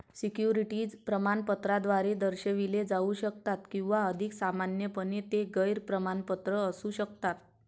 securities प्रमाणपत्राद्वारे दर्शविले जाऊ शकतात किंवा अधिक सामान्यपणे, ते गैर प्रमाणपत्र असू शकतात